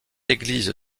église